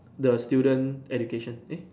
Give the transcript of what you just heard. the student education eh